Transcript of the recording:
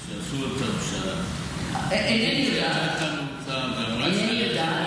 שעשו אותם האופוזיציה, אינני יודעת, אינני יודעת.